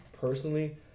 personally